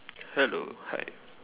hello hi